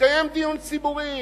יתקיים דיון ציבורי,